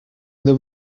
them